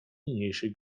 niniejszej